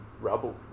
rubble